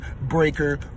breaker